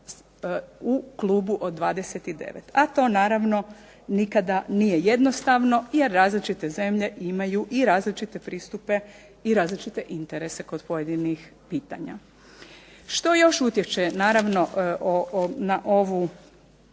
u klubu od 29, a to naravno nikada nije jednostavno jer različite zemlje imaju i različite pristupe i različite interese kod pojedinih pitanja. Što još utječe naravno na ovu